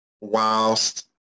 whilst